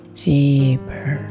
deeper